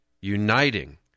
uniting